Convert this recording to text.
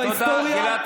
חבר הכנסת קריב.